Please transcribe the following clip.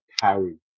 carry